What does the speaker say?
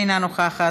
אינה נוכחת,